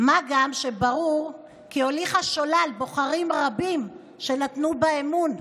מה גם שברור כי הוליכה שולל בוחרים רבים שנתנו בה אמון,